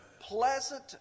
pleasant